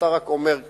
אתה רק אומר,